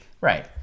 Right